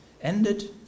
ended